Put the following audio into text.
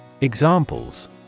Examples